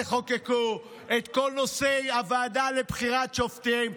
תחוקקו את כל נושא הוועדה לבחירת שופטים,